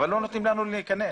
אבל לא נותנים לנו להיכנס.